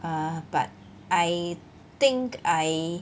err but I think I